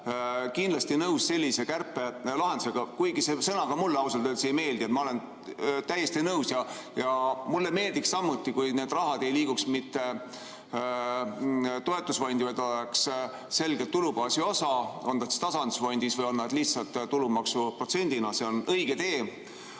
kindlasti nõus sellise kärpelahendusega. Kuigi see sõna ka mulle ausalt öeldes ei meeldi, olen ma sellega täiesti nõus ja mulle meeldiks samuti, kui see raha ei liiguks mitte toetusfondi, vaid oleks selgelt tulubaasi osa, on see siis tasandusfondis või lihtsalt tulumaksuprotsendina. See on õige tee.